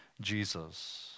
Jesus